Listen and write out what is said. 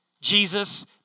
Jesus